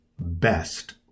best